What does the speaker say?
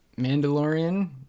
Mandalorian